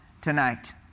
tonight